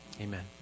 Amen